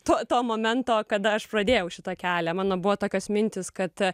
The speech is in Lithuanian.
tu to momento kada aš pradėjau šitą kelią mano buvo tokios mintys kad